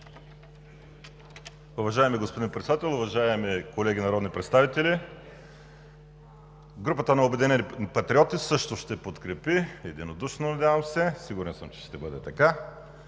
Уважаеми господин Председател, уважаеми колеги народни представители! Групата на „Обединени патриоти“ също ще подкрепи единодушно – надявам се, сигурен съм, че ще бъде така